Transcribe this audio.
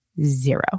zero